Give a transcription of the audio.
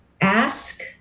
Ask